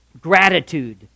Gratitude